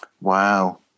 Wow